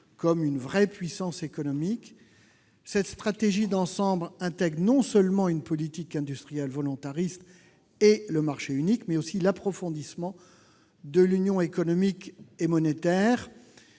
comme une vraie puissance économique : cette stratégie d'ensemble intègre non seulement une politique industrielle volontariste et le marché unique, mais aussi l'approfondissement de l'Union économique et monétaire,